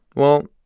well,